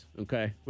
Okay